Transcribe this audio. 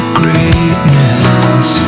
greatness